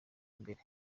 imbere